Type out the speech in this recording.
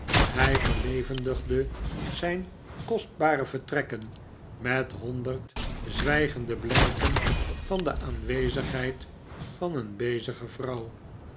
hij verlevendigde zijn kostbare vertrekken met honderd zwijgende blijken van de aanwezigheid van een bezige vrouw